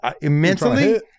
immensely